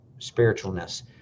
spiritualness